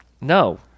No